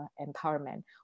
empowerment